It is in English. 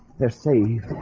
they're safe